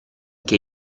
che